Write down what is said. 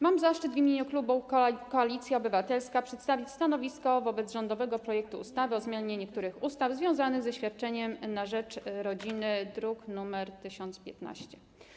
Mam zaszczyt w imieniu klubu Koalicja Obywatelska przedstawić stanowisko wobec rządowego projektu ustawy o zmianie niektórych ustaw związanych ze świadczeniem na rzecz rodziny, druk nr 1015.